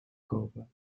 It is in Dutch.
kopen